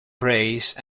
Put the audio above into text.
praised